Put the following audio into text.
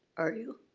are you?